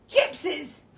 Gypsies